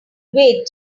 wait